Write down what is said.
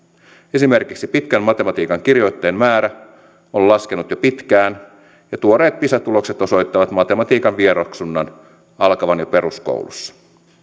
esimerkiksi pitkän matematiikan kirjoittajien määrä on laskenut jo pitkään ja tuoreet pisa tulokset osoittavat matematiikan vieroksunnan alkavan jo peruskoulussa